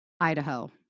Idaho